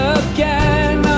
again